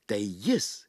tai jis